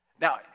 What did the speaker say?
Now